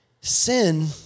Sin